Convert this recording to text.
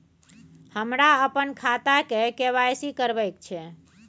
हमरा अपन खाता के के.वाई.सी करबैक छै